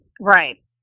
Right